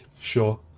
sure